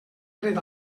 dret